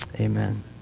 Amen